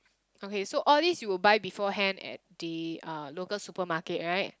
okay so all these you will buy beforehand at the uh local supermarket right